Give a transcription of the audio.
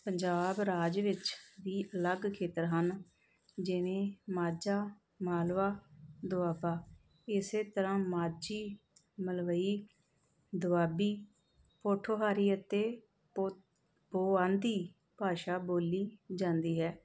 ਪੰਜਾਬ ਰਾਜ ਵਿੱਚ ਵੀ ਅਲੱਗ ਖੇਤਰ ਹਨ ਜਿਵੇਂ ਮਾਝਾ ਮਾਲਵਾ ਦੁਆਬਾ ਇਸੇ ਤਰ੍ਹਾਂ ਮਾਝੀ ਮਲਵਈ ਦੁਆਬੀ ਪੋਠੋਹਾਰੀ ਅਤੇ ਪੋ ਪੁਆਂਦੀ ਭਾਸ਼ਾ ਬੋਲੀ ਜਾਂਦੀ ਹੈ